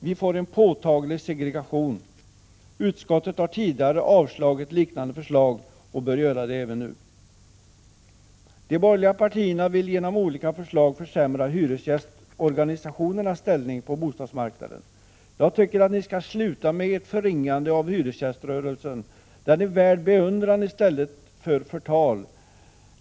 Vi får en påtaglig segregation. Utskottet har tidigare avstyrkt liknande förslag och gör det även nu. De borgerliga partierna vill genom olika förslag försämra hyresgästorganisationernas ställning på bostadsmarknaden. Jag tycker att ni skall sluta med ert förringande av hyresgäströrelsen. Den är värd beundran i stället för förtal.